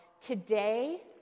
today